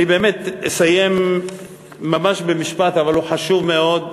אני באמת אסיים ממש במשפט, אבל הוא חשוב מאוד.